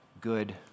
good